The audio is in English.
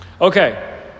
Okay